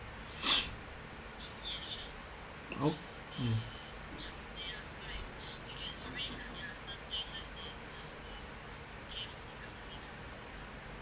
oh um